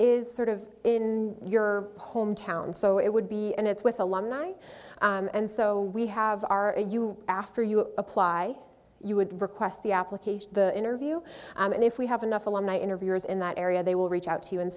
is sort of in your hometown so it would be and it's with alumni and so we have our you after you apply you would request the application the interview and if we have enough alumni interviewers in that area they will reach out to you and